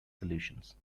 solutions